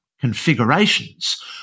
configurations